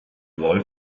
wahl